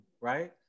right